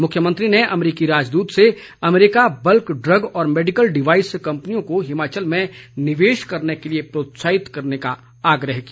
मुख्यमंत्री ने अमेरिकी राजदूत से अमेरिका बल्क ड्रग और मैडिकल डिवाईस कंपनियों को हिमाचल में निवेश करने के लिए प्रोत्साहित करने का आग्रह किया